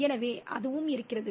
எனவே அதுவும் இருக்கிறது